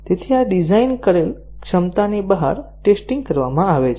આ ડિઝાઇન કરેલ ક્ષમતાની બહાર ટેસ્ટીંગ કરવામાં આવે છે